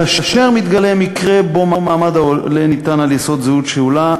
כאשר מתגלה מקרה שמעמד העולה ניתן על יסוד זהות שאולה,